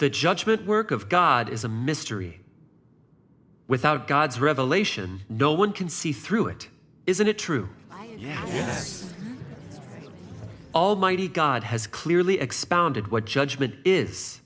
the judgment work of god is a mystery without god's revelation no one can see through it isn't it true yes almighty god has clearly expounded what judgment is